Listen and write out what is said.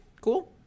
cool